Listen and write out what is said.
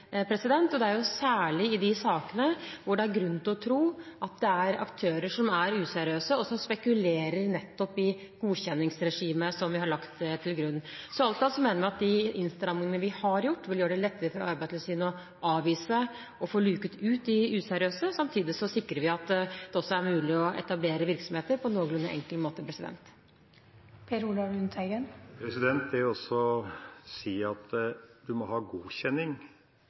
Det er særlig med tanke på de sakene hvor det er grunn til å tro at det er aktører som er useriøse, og som spekulerer i godkjenningsregimet som vi har lagt til grunn. Alt i alt mener vi at de innstrammingene vi har gjort, vil gjøre det lettere for Arbeidstilsynet å avvise og luke ut de useriøse. Samtidig sikrer vi at det er mulig å etablere virksomheter på en noenlunde enkel måte. Å si at det